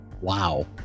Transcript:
wow